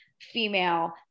female